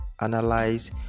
analyze